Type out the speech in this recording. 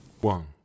One